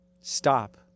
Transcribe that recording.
Stop